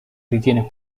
ritiene